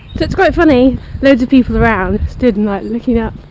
it's it's quite funny. loads of people around, stood, and like, looking up.